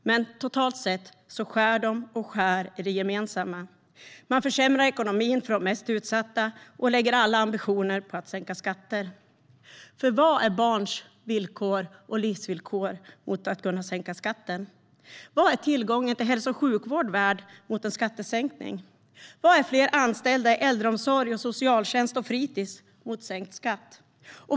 Men totalt sett skär man ned, och man skär i det gemensamma. Man försämrar ekonomin för de mest utsatta och lägger alla ambitioner på att sänka skatter. För vad är barns livsvillkor mot att kunna sänka skatten? Vad är tillgången till hälso och sjukvård värd mot en skattesänkning? Vad är fler anställda i äldreomsorg, socialtjänst och fritis mot sänkt skatt?